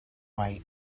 white